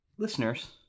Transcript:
Listeners